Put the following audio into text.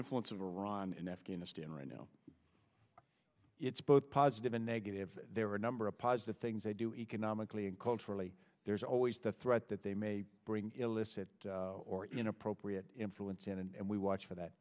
influence of iran in afghanistan right now it's both positive and negative there are a number positive things they do economically and culturally there's always the threat that they may bring illicit or inappropriate influence in and we watch for